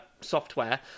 software